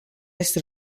este